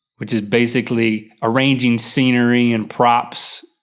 which is basically arranging scenery and props.